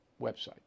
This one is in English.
website